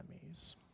enemies